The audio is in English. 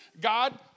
God